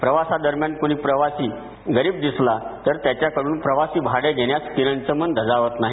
प्रवासादरम्यान कुणी गरीब प्रवासी दिसला तर त्याच्याकडून प्रवासी भाडे घेण्यास किरणचं मन धजावत नाही